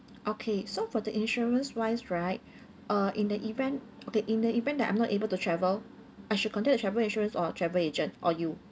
okay so for the insurance wise right uh in the event okay in the event that I'm not able to travel I should contact the travel insurance or travel agent or you